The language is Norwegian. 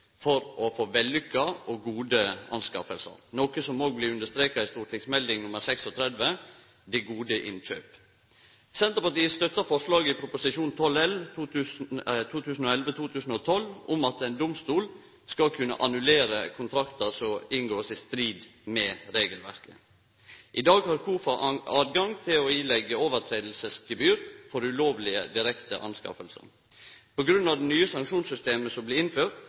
for å få til vellukka og gode innkjøp, noko som også blir understreka i St.meld. nr. 36 for 2008–2009, Det gode innkjøp. Senterpartiet støttar forslaget i Prop. 12 L for 2011–2012 om at ein domstol skal kunne annullere kontraktar som blir inngått i strid med regelverket. I dag har KOFA høve til å påleggje misleghaldsgebyr for ulovlege direkte innkjøp. På grunn av det nye sanksjonssystemet som blir innført